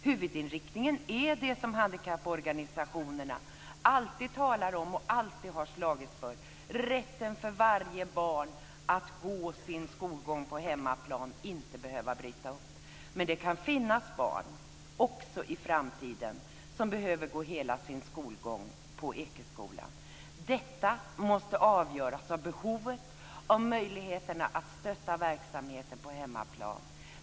Huvudinriktningen är det som handikapporganisationerna alltid talar om och alltid har slagits för, nämligen rätten för varje barn att ha sin skolgång på hemmaplan och inte behöva bryta upp. Men det kan finnas barn också i framtiden som behöver ha hela sin skolgång förlagd till Ekeskolan. Det måste avgöras av behovet och av möjligheterna att stödja verksamheten på hemmaplan.